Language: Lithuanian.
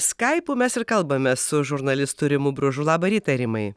skaipu mes ir kalbame su žurnalistu rimu bružu labą rytą rimai